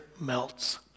melts